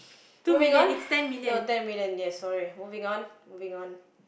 moving on no ten million yes sorry moving on moving on